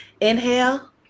Inhale